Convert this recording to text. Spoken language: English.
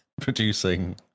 producing